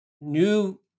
new